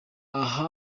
aha